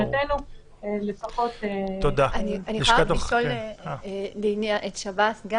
אני יכולה לשאול את שב"ס?